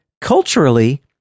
culturally